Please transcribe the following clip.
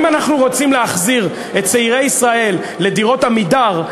אם אנחנו רוצים להחזיר את צעירי ישראל לדירות "עמידר",